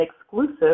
exclusive